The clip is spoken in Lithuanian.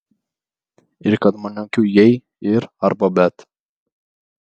ir kad man jokių jei ir arba bet